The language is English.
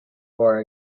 war